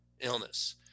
illness